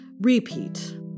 repeat